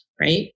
right